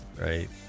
right